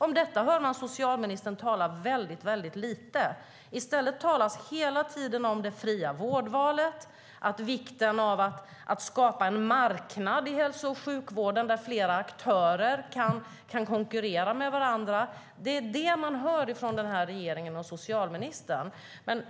Om detta hör man socialministern tala lite. I stället talas det hela tiden om det fria vårdvalet, om vikten av att skapa en marknad i hälso och sjukvården där flera aktörer kan konkurrera med varandra. Det är vad man hör från regeringen och socialministern.